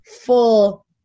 full